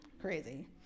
crazy